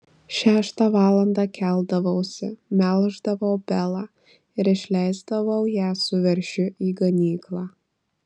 šeštą valandą keldavausi melždavau belą ir išleisdavau ją su veršiu į ganyklą